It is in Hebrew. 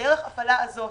דרך ההפעלה הזאת